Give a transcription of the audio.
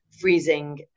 freezing